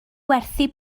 werthu